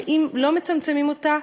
ואם לא מצמצמים אותה,